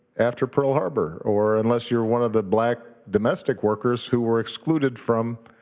after pearl harbor or unless you're one of the black domestic workers who were excluded from